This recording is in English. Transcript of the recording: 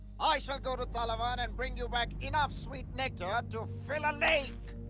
i shall go to talavana and bring you back enough sweet nectar to lake.